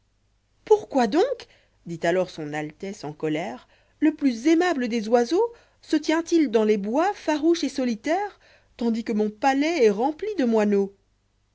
pourquoi donc dit alors son altesse en colère le plus aimable des oiseaux se tient-il dans les bois farouche et solitaire tandis que mon palais est rempli dé moineaux